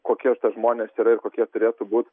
kokie žmonės yra ir kokie turėtų būt